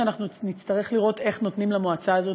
אנחנו נצטרך לראות איך נותנים למועצה הזאת